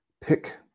pick